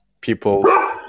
People